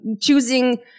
choosing